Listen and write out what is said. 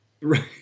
Right